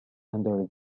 under